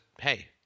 hey